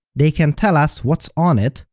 they can tell us what's on it,